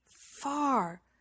far